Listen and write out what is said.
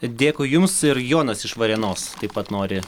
dėkui jums ir jonas iš varėnos taip pat nori